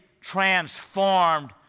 transformed